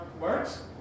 works